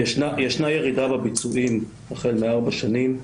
ישנה ירידה בביצועים החל מארבע שנים,